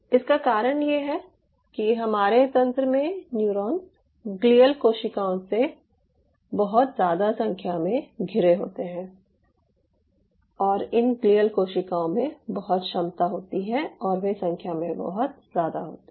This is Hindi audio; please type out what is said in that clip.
इसका कारण ये है कि हमारे तंत्र में न्यूरॉन्स ग्लियल कोशिकाओं से बहुत ज़्यादा संख्या में घिरे होते हैं और इन ग्लियल कोशिकाओं में बहुत क्षमता होती है और वे संख्या में बहुत ज़्यादा होते हैं